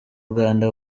uganda